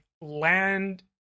land